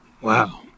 Wow